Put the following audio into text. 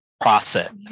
process